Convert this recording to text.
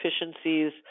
efficiencies